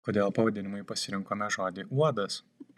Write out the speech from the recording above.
kodėl pavadinimui pasirinkome žodį uodas